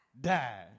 die